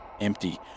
empty